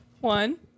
One